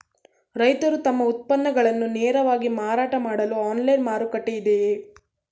ರೈತರು ತಮ್ಮ ಉತ್ಪನ್ನಗಳನ್ನು ನೇರವಾಗಿ ಮಾರಾಟ ಮಾಡಲು ಆನ್ಲೈನ್ ಮಾರುಕಟ್ಟೆ ಇದೆಯೇ?